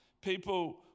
people